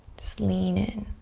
just lean in.